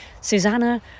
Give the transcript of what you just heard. Susanna